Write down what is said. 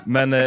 Men